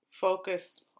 focus